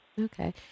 Okay